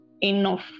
enough